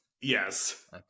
Yes